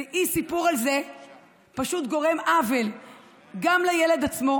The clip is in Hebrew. ואי-סיפור על זה פשוט גורם עוול גם לילד עצמו,